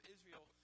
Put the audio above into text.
Israel